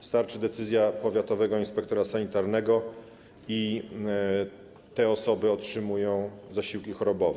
Wystarczy decyzja powiatowego inspektora sanitarnego i te osoby otrzymają zasiłki chorobowe.